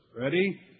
ready